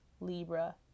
Libra